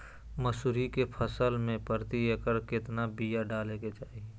मसूरी के फसल में प्रति एकड़ केतना बिया डाले के चाही?